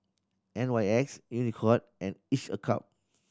N Y X Unicurd and Each a Cup